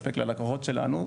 ללקוחות שלנו,